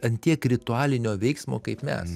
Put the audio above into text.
ant tiek ritualinio veiksmo kaip mes